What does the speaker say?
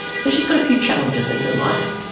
so she's got a few challenges in her life.